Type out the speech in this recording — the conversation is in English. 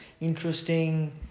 interesting